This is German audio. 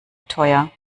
teuer